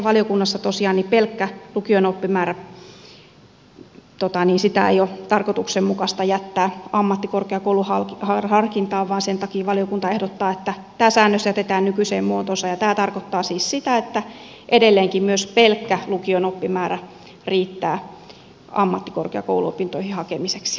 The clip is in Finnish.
valiokunnassa meidän mielestämme tosiaan pelkkää lukion oppimäärää ei ole tarkoituksenmukaista jättää ammattikorkeakouluharkintaan vaan sen takia valiokunta ehdottaa että tämä säännös jätetään nykyiseen muotoonsa ja tämä tarkoittaa siis sitä että edelleenkin myös pelkkä lukion oppimäärä riittää ammattikorkeakouluopintoihin hakemiseksi